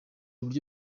uburyo